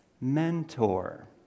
Mentor